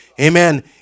amen